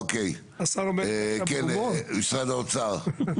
אוקיי, כן, משרד האוצר.